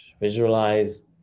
Visualize